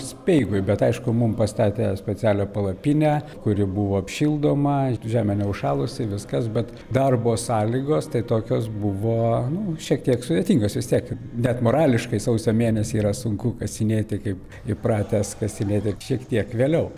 speigui bet aišku mums pastatė specialią palapinę kuri buvo apšildoma žemę neužšalusi viskas bet darbo sąlygos tai tokios buvo nu šiek tiek sudėtinga susekti bet morališkai sausio mėnesį yra sunku kasinėti kaip įpratęs kasinėti šiek tiek vėliau